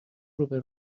روبه